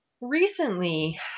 recently